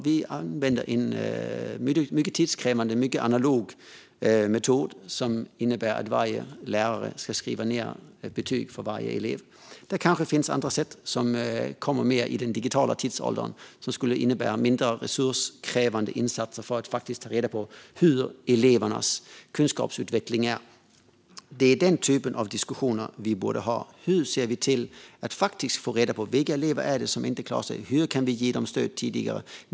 Vi använder en mycket tidskrävande och mycket analog metod som innebär att varje lärare ska skriva ned ett betyg för varje elev. Det kommer kanske andra sätt i den digitala tidsåldern som skulle innebära mindre resurskrävande insatser för att faktiskt ta reda på elevernas kunskapsutveckling. Det är denna typ av diskussioner som vi borde ha. Hur ser vi till att faktiskt få reda på vilka elever det är som inte klarar sig? Hur kan vi ge dem stöd tidigare?